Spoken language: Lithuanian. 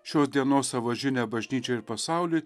šios dienos savo žinią bažnyčiai ir pasauliui